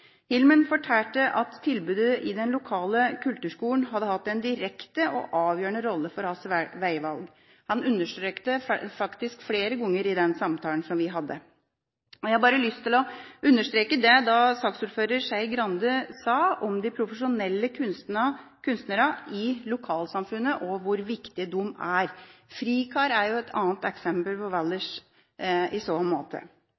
Hilmen fortalte at tilbudet i den lokale kulturskolen hadde hatt en direkte og avgjørende rolle for hans vegvalg. Han understrekte det faktisk flere ganger i den samtalen som vi hadde. Jeg har bare lyst til å understreke det som saksordfører Skei Grande sa om de profesjonelle kunstnerne i lokalsamfunnet – hvor viktige de er. Frikar er et annet eksempel fra Valdres i så måte.